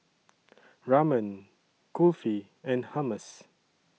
Ramen Kulfi and Hummus